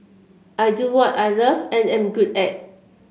I do what I love and am good at